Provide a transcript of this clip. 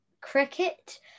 cricket